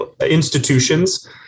institutions